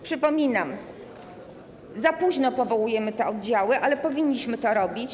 Przypominam: za późno powołujemy te oddziały, ale powinniśmy to robić.